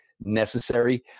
necessary